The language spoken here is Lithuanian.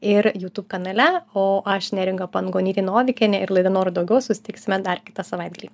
ir youtube kanale o aš neringa pangonytė novikienė ir laida noriu daugiau susitiksime dar kitą savaitgalį